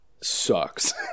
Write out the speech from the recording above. sucks